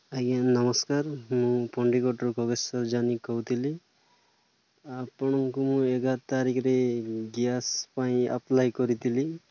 ଆଜ୍ଞା ନମସ୍କାର ମୁଁ ପଣ୍ଡିକଟରୁ ଖଗେଶ୍ୱର ଜାନି କହୁଥିଲି ଆପଣଙ୍କୁ ମୁଁ ଏଗାର ତାରିଖରେ ଗ୍ୟାସ୍ ପାଇଁ ଆପ୍ଲାଏ କରିଥିଲି